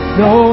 no